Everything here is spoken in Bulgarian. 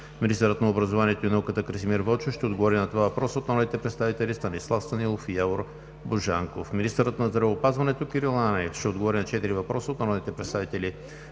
Министърът на образованието и науката Красимир Вълчев ще отговори на два въпроса от народните представители Станислав Станилов; и Явор Божанков. 5. Министърът на здравеопазването Кирил Ананиев ще отговори на четири въпроса от народните представители